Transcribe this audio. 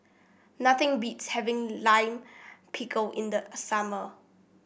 nothing beats having Lime Pickle in the summer